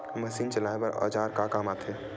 Machine चलाए बर औजार का काम आथे?